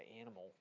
animal